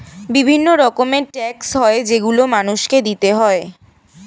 বিভিন্ন রকমের ট্যাক্স হয় যেগুলো মানুষকে দিতে হয়